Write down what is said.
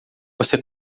você